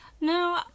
No